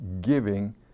giving